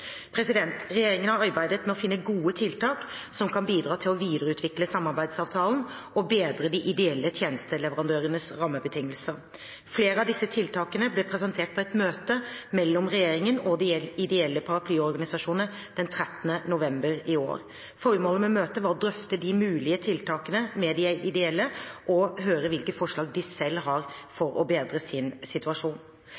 Regjeringen har arbeidet med å finne gode tiltak som kan bidra til å videreutvikle samarbeidsavtalen og bedre de ideelle tjenesteleverandørenes rammebetingelser. Flere av disse tiltakene ble presentert på et møte mellom regjeringen og de ideelle paraplyorganisasjonene den 13. november i år. Formålet med møtet var å drøfte de mulige tiltakene med de ideelle og høre hvilke forslag de selv har